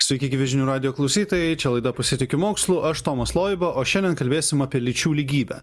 sveiki gyvi žinių radijo klausytojai čia laida pasitikiu mokslu aš tomas loiba o šiandien kalbėsim apie lyčių lygybę